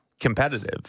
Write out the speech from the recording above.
competitive